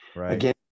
Again